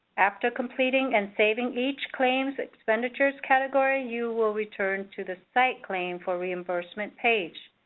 after completing and saving each claim expenditures category, you will return to the site claim for reimbursement page.